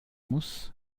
muss